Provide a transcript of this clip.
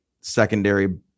secondary